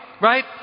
Right